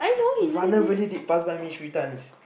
the runner really did pass by me three times